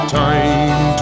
time